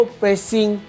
pressing